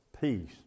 peace